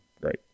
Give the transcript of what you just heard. great